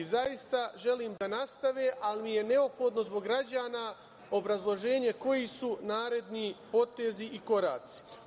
Zaista želim da nastave, ali mi je neophodno zbog građana koji su naredni potezi i koraci.